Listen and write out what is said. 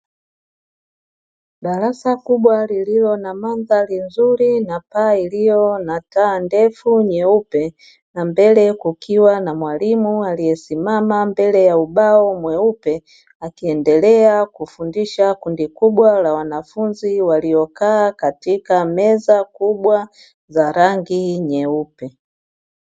Darasa kubwa lililo na mandhari nzuri na paa iliyo na taa ndefu nyeupe, na mbele kukiwa na mwalimu aliyesimama mbele ya ubao mweupe akiendelea kufundisha kundi kubwa la wanafunzi waliokaa katika meza kubwa za rangi nyeupe.